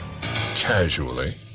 casually